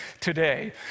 today